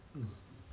mm